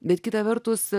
bet kita vertus